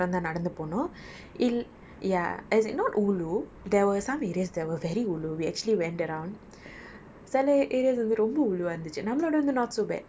so technically to get to the room also it's கொஞ்சம் தூரம்தான் நடந்து போனோம்:konjam thooram thaan nadanthu ponom il~ ya as in not ulu there were some areas that were very ulu we actually went around